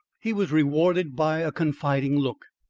he was rewarded by a confiding look,